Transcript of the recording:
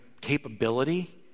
capability